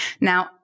Now